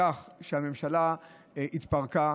בכך שהממשלה התפרקה.